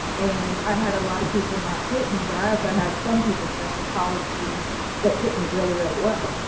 and i had a lot of people not tipped me, but i also had some people special college students that tipped me really really well